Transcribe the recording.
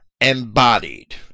embodied